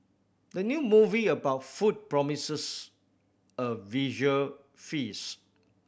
the new movie about food promises a visual feast